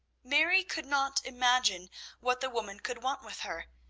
mary could not imagine what the woman could want with her,